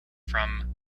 from